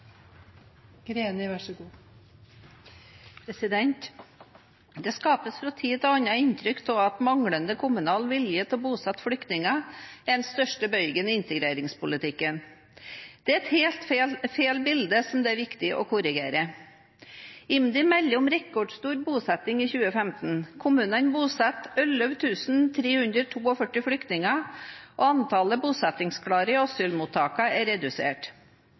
Det skapes fra tid til annen inntrykk av at manglende kommunal vilje til å bosette flyktninger er den største bøygen i integreringspolitikken. Det er et helt feil bilde, som det er viktig å korrigere. IMDi melder om rekordstor bosetting i 2015. Kommunene bosatte 11 342 flyktninger, og antallet bosettingsklare i asylmottakene er redusert.